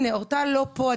הנה אורטל לא פה,